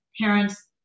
parents